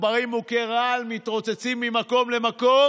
עכברים מוכי רעל, מתרוצצים ממקום למקום